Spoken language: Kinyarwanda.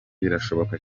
birashoboka